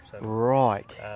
Right